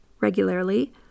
regularly